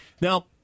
Now